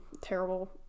terrible